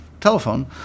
telephone